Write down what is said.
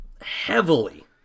heavily